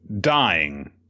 dying